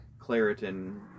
Claritin